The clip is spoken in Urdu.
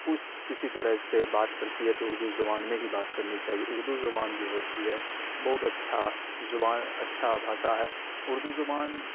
کچھ کسی طرح سے بات کرتی ہے تو اردو زبان میں ہی بات کرنی چاہیے اڑدو زبان جو ہوتی ہے بہت اچھا زبان اچھا بھاشا ہے اردو زبان